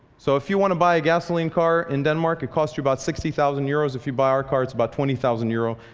so if you want to buy a gasoline car in denmark, it costs you about sixty thousand euros. if you buy our car it's about twenty thousand euros.